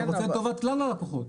אתה רוצה את טובת כלל הלקוחות.